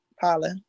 Paula